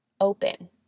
Open